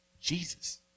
Jesus